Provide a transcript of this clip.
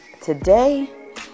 today